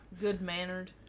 good-mannered